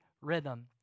rhythm